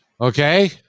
Okay